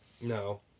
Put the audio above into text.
No